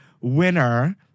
winner